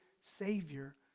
Savior